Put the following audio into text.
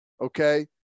Okay